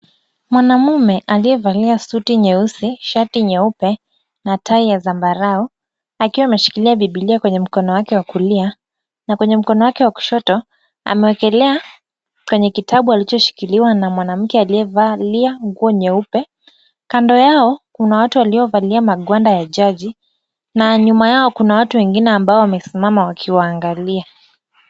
Mwanaume aliyevalia suti nyeusi, shati nyeupe na tao ya zambarao akiwa ameshikilia bibilia kwenye mkono wake wa kulia na kwenye mkono wake kushoto, amewekelea kwenye kitabu alichoshikiliwa na mwanamke aliyevalia nguo nyeupe. Kando yao kuna watu waliovalia magwanda ya jaji na nyuma yao kuna watu wengine ambao wamesimama wakiwaangalia.